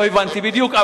לא הבנתי בדיוק,